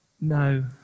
No